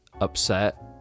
upset